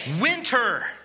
winter